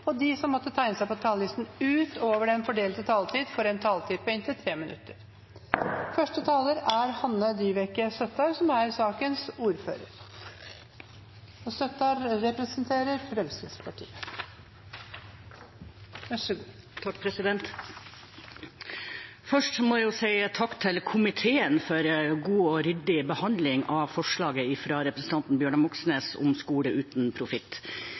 og de som måtte tegne seg på talerlisten utover den fordelte taletid, får en taletid på inntil 3 minutter. Først må jeg si takk til komiteen for god og ryddig behandling av forslaget fra representanten Bjørnar Moxnes om skole uten profitt.